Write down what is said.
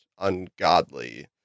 ungodly